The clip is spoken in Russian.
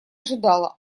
ожидала